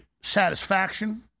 satisfaction